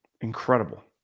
Incredible